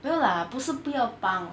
没有 lah 不是不要帮